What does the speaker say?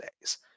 days